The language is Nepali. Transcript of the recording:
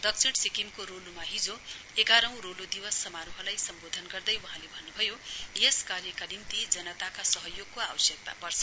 दक्षिण सिक्किमको रोलुमा हिजो एघारौँ रोलु दिवस समारोहलाई सम्बोधन गर्दै वहाँले अन्न्भयो यस कार्यका निम्ति जनताका सहयोगको आवश्यकता पर्छ